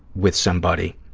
with somebody,